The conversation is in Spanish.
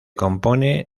compone